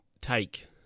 take